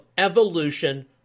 Evolution